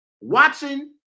watching